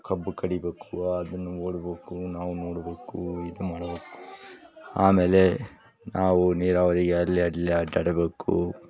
ಕಬ್ಬು ಕಡಿಬೇಕು ಅದನ್ನ ಓಡ್ಬೇಕು ನಾವು ನೋಡ್ಬೇಕು ಇದು ಮಾಡಬೇಕು ಆಮೇಲೆ ನಾವು ನೀರಾವರಿಗೆ ಅಲ್ಲೇ ಅಲ್ಲೇ ಅಡ್ಡಾಡಬೇಕು